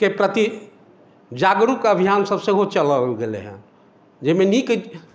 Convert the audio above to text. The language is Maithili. के प्रति जागरूक अभियान सब सेहो चलाओल गेलै हँ जाहिमे नीक